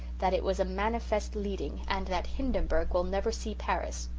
that it was a manifest leading, and that hindenburg will never see paris.